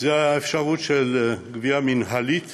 זה האפשרות של גבייה מינהלית